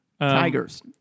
Tigers